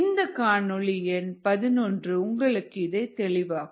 இந்த காணொளி எண் 11 உங்களுக்கு இதை தெளிவாக்கும்